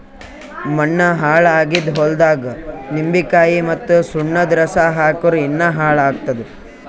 ಮಣ್ಣ ಹಾಳ್ ಆಗಿದ್ ಹೊಲ್ದಾಗ್ ನಿಂಬಿಕಾಯಿ ಮತ್ತ್ ಸುಣ್ಣದ್ ರಸಾ ಹಾಕ್ಕುರ್ ಇನ್ನಾ ಹಾಳ್ ಆತ್ತದ್